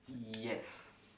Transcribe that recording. yes